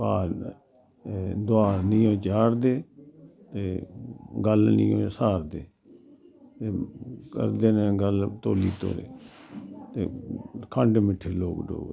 पार दोआर नी ओ चाढ़दे ते गल्ल नी ओ साह्रदे करदे नै गल्ल तोल्ली तोल्ली ते खण्ड मिट्ठे लोक डोगरे